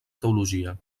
teologia